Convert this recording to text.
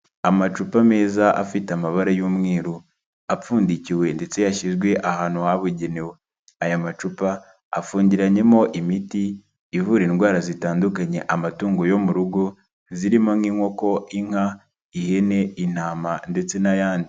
Amacupa meza afite amabara y'umweruru, apfundikiwe ndetse yashyizwe ahantu habugenewe, aya macupa afungiranyemo imiti ivura indwara zitandukanye amatungo yo mu rugo, zirimo nk'inkoko, inka, ihene, intama ndetse n'ayandi.